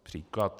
Příklad.